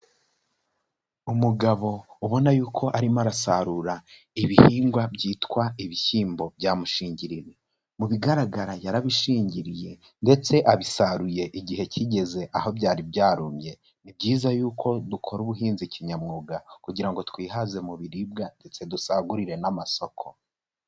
Umugabo ubona yuko arimo arasarura ibihingwa byitwa ibishyimbo byamushingiriro, mu bigaragara yarabishingiriye ndetse abisaruye igihe kigeze aho byari byarumye, ni byiza yuko dukora ubuhinzi kinyamwuga kugira ngo twihaze mu biribwa ndetse dusagurire n'amasoko.